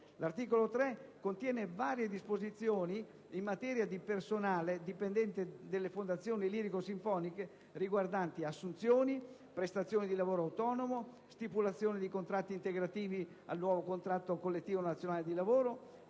L'articolo 3 contiene varie disposizioni in materia di personale dipendente delle fondazioni lirico-sinfoniche, riguardanti assunzioni, prestazioni di lavoro autonomo, stipulazione di contratti integrativi al nuovo contratto collettivo nazionale di lavoro,